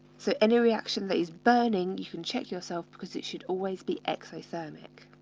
so any reaction that is burning you can check yourself, because it should always be exothermic.